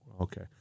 Okay